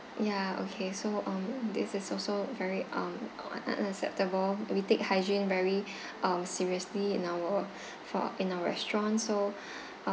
ya okay so um this is also very um un~ unacceptable we take hygiene very um seriously in our fo~ in our restaurants so